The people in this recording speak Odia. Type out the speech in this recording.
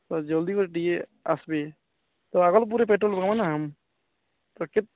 ତ ଜଲ୍ଦି କରି ଟିକେ ଆସିବେ ପେଟ୍ରୋଲ୍